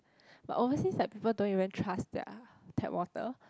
but overseas like people don't even trust their tap water